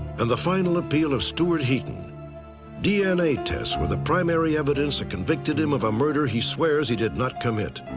and the final appeal of stuart heaton dna tests were the primary evidence that convicted him of a murder he swears he did not commit.